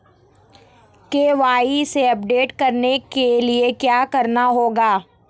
KYC update करने के लिए क्या करना होगा?